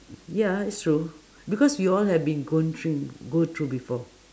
ya it's true because we all have been gone through go through before